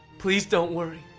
please don't worry!